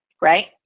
right